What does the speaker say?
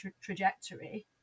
trajectory